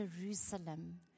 Jerusalem